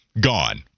gone